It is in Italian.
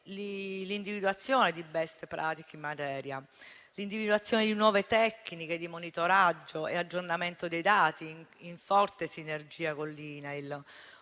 l'individuazione di *best practice* in materia, l'indicazione di nuove tecniche di monitoraggio e aggiornamento dei dati in forte sinergia con l'INAIL